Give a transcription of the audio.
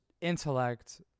intellect